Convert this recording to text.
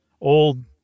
old